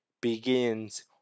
begins